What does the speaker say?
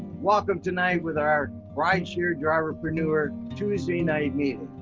welcome tonight with our rideshare driverpreneur tuesday night meeting,